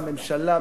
"ממשלה",